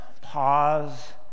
pause